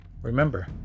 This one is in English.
remember